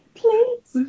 please